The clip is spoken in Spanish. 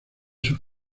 sus